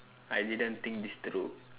I didn't think this through